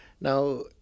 now